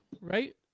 right